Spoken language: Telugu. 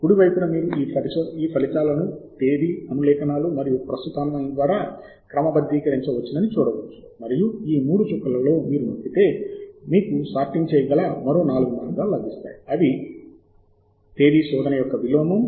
కుడి వైపున మీరు ఈ ఫలితాలను తేదీ అనులేఖనాలు మరియు ప్రస్తుతాన్వయము ద్వారా క్రమబద్ధీకరించవచ్చని చూడవచ్చు మరియు ఈ 3 చుక్కలలో మీరు నొక్కితే మీకు సార్టింగ్ చేయగల మరో 4 మార్గాలు లభిస్తాయి అవి తేదీ శోధన యొక్క విలోమం